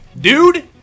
dude